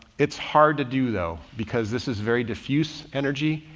it's hard to do though because this is very diffuse energy.